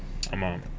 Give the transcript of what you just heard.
come on